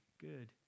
Good